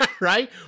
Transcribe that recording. Right